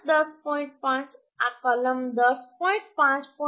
5 આ કલમ 10